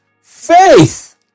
faith